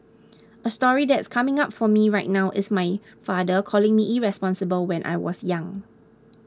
a story that's coming up for me right now is my father calling me irresponsible when I was young